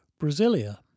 Brasilia